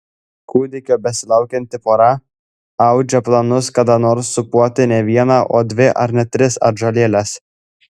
kūdikio besilaukianti pora audžia planus kada nors sūpuoti ne vieną o dvi ar net tris atžalėles